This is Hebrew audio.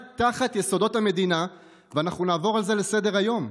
תחת יסודות המדינה ואנחנו נעבור על זה לסדר-היום.